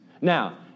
Now